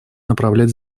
направлять